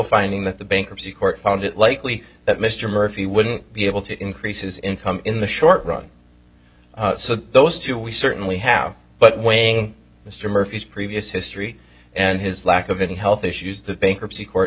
finding that the bankruptcy court found it likely that mr murphy wouldn't be able to increase his income in the short run so those two we certainly have but weighing mr murphy's previous history and his lack of any health issues the bankruptcy court